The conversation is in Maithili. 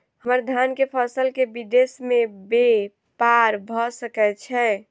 हम्मर धान केँ फसल केँ विदेश मे ब्यपार भऽ सकै छै?